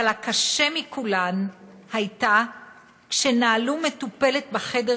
אבל הקשה מכולם הייתה כשנעלו מטופלת בחדר